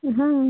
हा